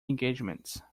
engagements